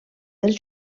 dels